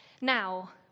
Now